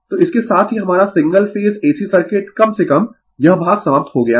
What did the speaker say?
तो इसके साथ ही हमारा सिंगल फेज AC सर्किट कम से कम यह भाग समाप्त हो गया है